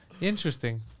Interesting